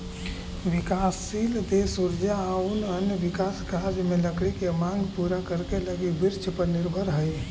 विकासशील देश ऊर्जा आउ अन्य विकास कार्य में लकड़ी के माँग पूरा करे लगी वृक्षपर निर्भर हइ